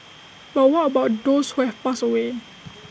but what about those who have passed away